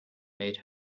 made